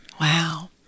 Wow